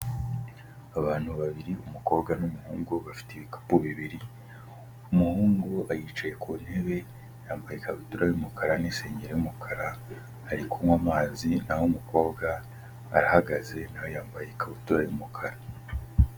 Abantu babiri, umukobwa n'umuhungu bafite ibikapu bibiri, umuhungu yicaye ku ntebe yambaye ikabutura y'umukara n'isenge y'umukara ari kunywa amazi, n'aho umukobwa arahagaze nawe yambaye ikabutura y'umukara.